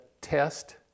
test